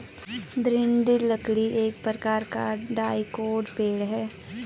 दृढ़ लकड़ी एक प्रकार का डाइकोट पेड़ है